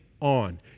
on